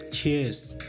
Cheers